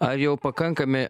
ar jau pakankami